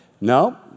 No